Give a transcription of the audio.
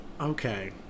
Okay